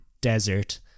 desert